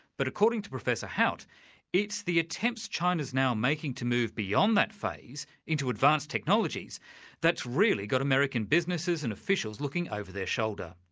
but according to professor hout it's the attempts china's now making to move beyond that phase into advanced technologies that's really got american businesses and officials looking over their shoulder.